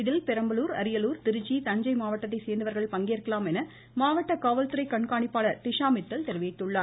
இதில் பெரம்பலூர் அரியலூர் திருச்சி தஞ்சை மாவட்டத்தைச் சேர்ந்தவர்கள் பங்கேற்கலாம் என மாவட்ட காவல்துறை கண்காணிப்பாளர் திஷா மித்தல் தெரிவித்துள்ளார்